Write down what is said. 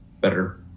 better